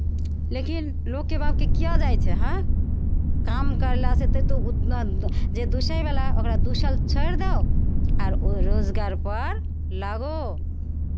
लेकिन लोकके बापके किएक जाइ छै हँ काम करलासँ तऽ तो जे दुसयवला ओकरा दूसल छोड़ि दउ आर ओहि रोजगारपर लागू